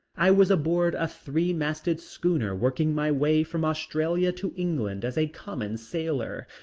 i was aboard a three-masted schooner working my way from australia to england as a common sailor.